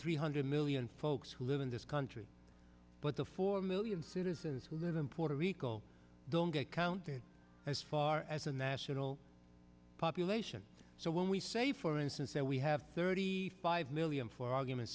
three hundred million folks who live in this country but the four million citizens who live in puerto rico don't get counted as far as a national population so when we say for instance that we have thirty five million for argument's